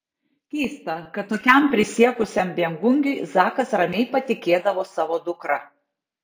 keista kad tokiam prisiekusiam viengungiui zakas ramiai patikėdavo savo dukrą